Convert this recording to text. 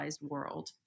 world